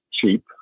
cheap